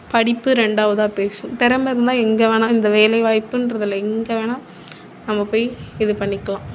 படிப்பு ரெண்டாவதாக பேசும் திறமை இருந்தால் எங்கே வேணுணா இந்த வேலை வாய்ப்புன்றதில்லை எங்கே வேணுணா நம்ம போய் இது பண்ணிக்கலாம்